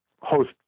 host